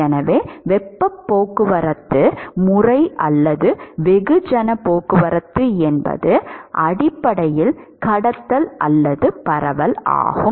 எனவே வெப்பப் போக்குவரத்து முறை அல்லது வெகுஜன போக்குவரத்து என்பது அடிப்படையில் கடத்தல் அல்லது பரவல் ஆகும்